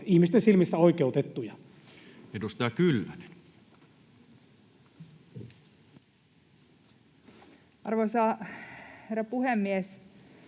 ihmisten silmissä oikeutettuja? Edustaja Kyllönen. Arvoisa herra puhemies!